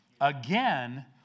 again